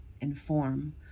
inform